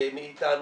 מאיתנו,